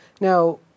Now